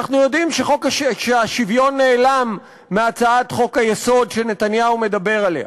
אנחנו יודעים שהשוויון נעלם מהצעת חוק-היסוד שנתניהו מדבר עליה.